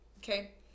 Okay